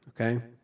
okay